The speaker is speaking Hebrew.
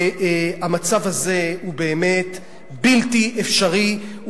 המצב הזה הוא באמת בלתי אפשרי.